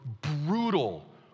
brutal